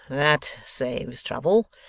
that saves trouble.